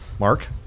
Mark